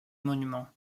monument